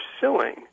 suing